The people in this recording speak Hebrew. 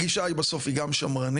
הגישה היא בסוף גם שמרנית,